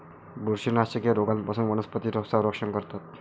बुरशीनाशके रोगांपासून वनस्पतींचे संरक्षण करतात